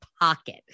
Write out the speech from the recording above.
pocket